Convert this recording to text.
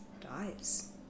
dies